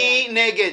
מי נגד?